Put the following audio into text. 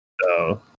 No